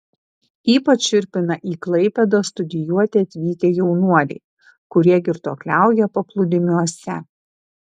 ypač šiurpina į klaipėdą studijuoti atvykę jaunuoliai kurie girtuokliauja paplūdimiuose